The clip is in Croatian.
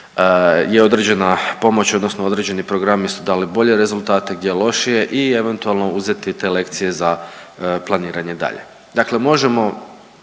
je određena pomoć, odnosno određeni programi su dali bolje rezultate, gdje lošije i eventualno uzeti te lekcije za planiranje dalje. Dakle, možemo